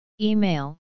Email